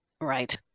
Right